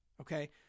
Okay